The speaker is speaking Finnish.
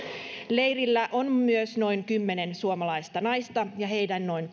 leirillä on myös noin kymmenen suomalaista naista ja heidän noin